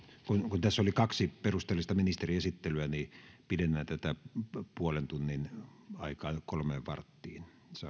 kun tässä oli kaksi perusteellista ministeriesittelyä niin pidennän tätä puolen tunnin aikaa kolmeen varttiin